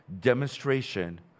demonstration